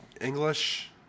English